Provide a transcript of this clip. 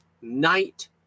night